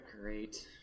great